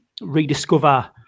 rediscover